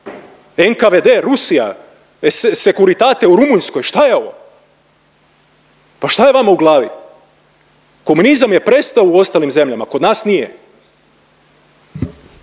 NK v.d. Rusija, Sekuritate u Rumunjskoj? Šta je ovo? Pa šta je vama u glavi? Komunizam je prestao u ostalim zemljama, kod nas nije.